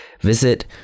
visit